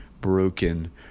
broken